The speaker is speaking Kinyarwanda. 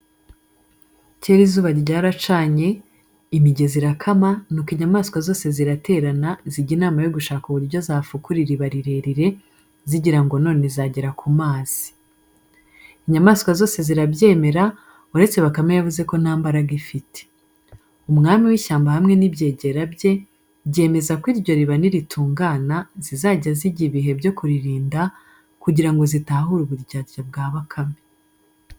Kera izuba ryaracanye, imigezi irakama, nuko inyamaswa zose ziraterana, zijya inama yo gushaka uburyo zafukura iriba rirerire, zigira ngo none zagera ku mazi. Inyamaswa zose zirabyemera, uretse Bakame yavuze ko nta mbaraga ifite. Umwami w’ishyamba hamwe n'ibyegera bye, byemeza ko iryo riba niritungana zizajya zijya ibihe byo kuririnda, kugira ngo zitahure uburyarya bwa Bakame.